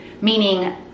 Meaning